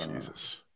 Jesus